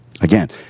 Again